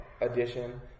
edition